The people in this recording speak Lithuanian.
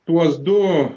tuos du